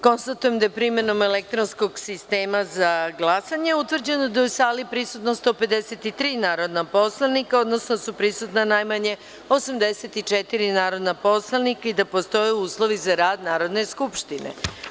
Konstatujem da je, primenom elektronskog sistema za glasanje, utvrđeno da je u sali prisutno 153 narodna poslanika, odnosno da su prisutna najmanje 84 narodna poslanika i da postoje uslovi za rad Narodne skupštine.